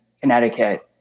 Connecticut